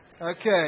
Okay